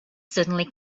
suddenly